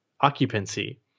occupancy